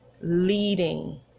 leading